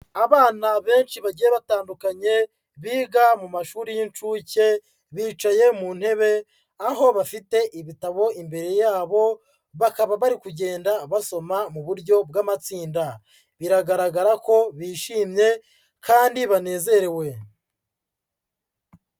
Abana benshi bagiye batandukanye, biga mu mashuri y'incuke, bicaye mu ntebe, aho bafite ibitabo imbere yabo, bakaba bari kugenda basoma mu buryo bw'amatsinda. Biragaragara ko bishimye kandi banezerewe.